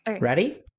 Ready